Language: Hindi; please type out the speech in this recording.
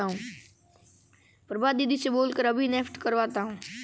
प्रभा दीदी से बोल कर अभी नेफ्ट करवाता हूं